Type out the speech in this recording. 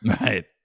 Right